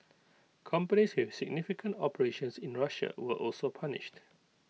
companies with significant operations in Russia were also punished